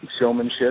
showmanship